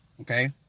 Okay